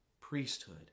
priesthood